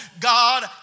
God